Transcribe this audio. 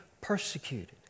persecuted